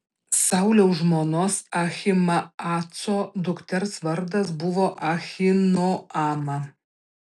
sauliaus žmonos ahimaaco dukters vardas buvo ahinoama